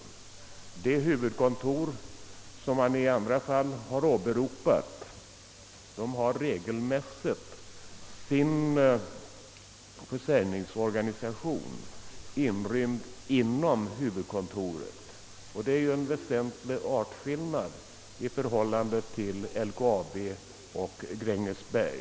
De företag med huvudkontor på produktionsorten, vilka man här pekat på, har regelmässigt sin försäljningsorganisation inrymd inom huvudkontoret, och detta förhållande innebär en väsentlig artskillnad i förhållandena till LKAB och Grängesberg.